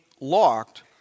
locked